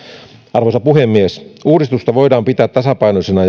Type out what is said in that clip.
arvoisa puhemies uudistusta voidaan pitää tasapainoisena